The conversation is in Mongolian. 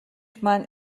маань